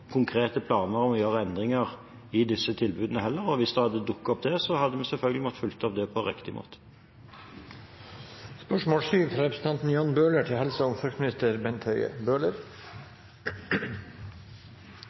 konkrete planer om å gjøre endringer i disse tilbudene. Hvis det hadde dukket opp der, hadde vi selvfølgelig måttet følge det opp på riktig måte. Jeg vil gjerne få stille følgende spørsmål til helse- og